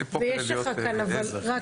אני פה כדי להיות לעזר.